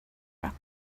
rock